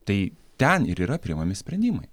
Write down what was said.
tai ten ir yra priimami sprendimai